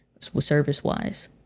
service-wise